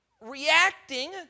reacting